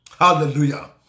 Hallelujah